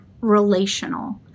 relational